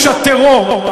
איש הטרור,